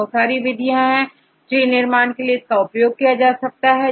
बहुत सारी विधियां tree निर्माण के लिए उपयोग की जा सकती है